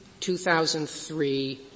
2003